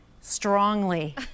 Strongly